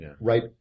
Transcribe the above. right